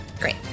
Great